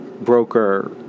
broker